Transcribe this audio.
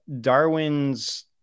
Darwin's